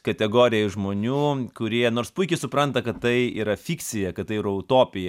kategorijai žmonių kurie nors puikiai supranta kad tai yra fikcija kad tai yra utopija